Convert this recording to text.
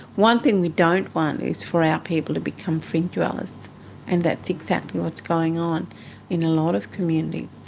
one thing we don't want is for our people to become fringe dwellers and that's exactly what's going on in a lot of communities.